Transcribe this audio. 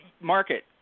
Market